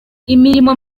imirimo